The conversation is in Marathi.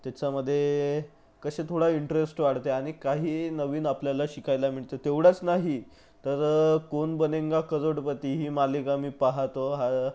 त्याच्यामध्ये कसे थोडा इंटरेस्ट वाढते आणि काही नवीन आपल्याला शिकायला मिळते तेवढाच नाही तर कोन बनेगा करोडपती ही मालिका मी पाहतो हा